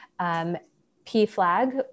PFLAG